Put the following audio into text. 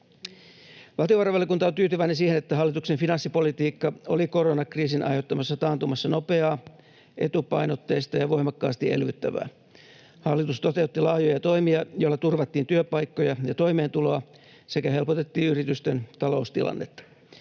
Valtiovarainvaliokunta on tyytyväinen siihen, että hallituksen finanssipolitiikka oli koronakriisin aiheuttamassa taantumassa nopeaa, etupainotteista ja voimakkaasti elvyttävää. Hallitus toteutti laajoja toimia, joilla turvattiin työpaikkoja ja toimeentuloa sekä helpotettiin yritysten taloustilannetta.